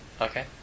okay